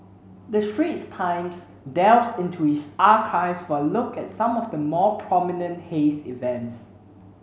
the Straits Times delves into its archives for a look at some of the more prominent haze events